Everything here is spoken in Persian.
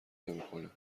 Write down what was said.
نمیکنه